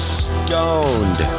stoned